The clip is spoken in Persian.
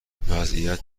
وضعیت